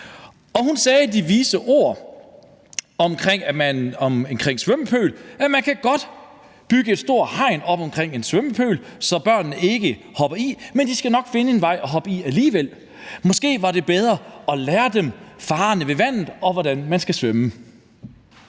siger de vise ord, at man godt kan bygge et stort hegn op omkring en svømmepøl, så børnene ikke hopper i, men at de nok skal finde en vej til at hoppe i alligevel, og at det måske var bedre at lære dem farerne ved vandet, og hvordan man skal svømme,